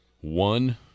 one